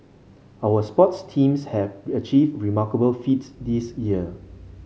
our sports teams have achieved remarkable feats this year